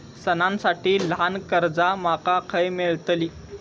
सणांसाठी ल्हान कर्जा माका खय मेळतली?